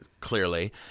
clearly